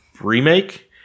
remake